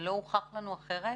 ולא הוכח לנו אחרת,